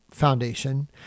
Foundation